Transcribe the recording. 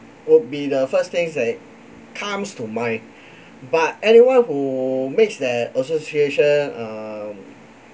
would be the first thing that comes to mind but anyone who makes their association um